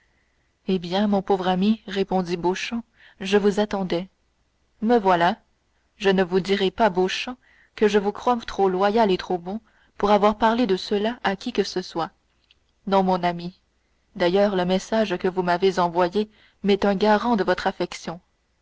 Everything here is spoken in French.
eh bien mon pauvre ami répondit beauchamp je vous attendais me voilà je ne vous dirai pas beauchamp que je vous crois trop loyal et trop bon pour avoir parlé de cela à qui que ce soit non mon ami d'ailleurs le message que vous m'avez envoyé m'est un garant de votre affection